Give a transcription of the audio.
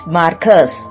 markers